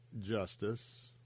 justice